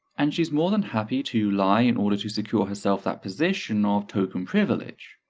and she's more than happy to lie in order to secure herself that position of token privilege.